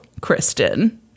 Kristen